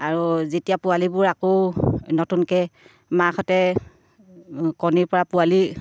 আৰু যেতিয়া পোৱালিবোৰ আকৌ নতুনকৈ মাকহঁতে কণীৰ পৰা পোৱালি